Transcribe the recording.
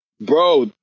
Bro